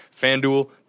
FanDuel